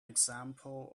example